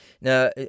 Now